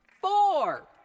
four